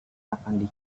akan